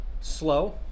slow